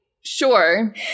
sure